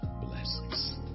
blessings